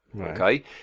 Okay